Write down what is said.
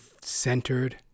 centered